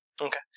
Okay